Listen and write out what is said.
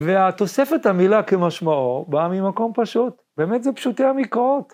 והתוספת המילה כמשמעור באה ממקום פשוט, באמת זה פשוטי המקרות.